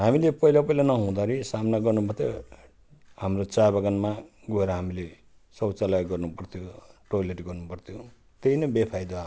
हामीले पहिला पहिला नहुँदाखेरि सामना गर्नु पर्थ्यो हाम्रो चिया बगानमा गएर हामीले शौचालय गर्नु पर्थ्यो टोइलेट गर्नु पर्थ्यो त्यही नै वेफाइदा हाम्रो